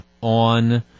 on –